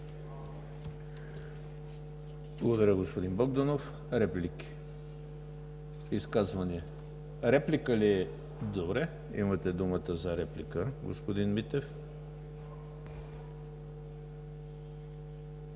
Благодаря, господин Богданов. Изказвания? Реплика ли? Добре. Имате думата за реплика, господин Митев.